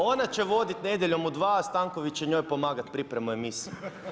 Ona će voditi Nedjeljom u 2, a Stanković će njoj pomagati pripremu emisije.